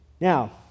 Now